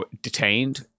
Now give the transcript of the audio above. detained